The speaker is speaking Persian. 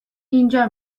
اینجا